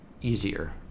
easier